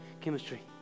chemistry